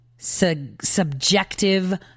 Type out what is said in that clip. subjective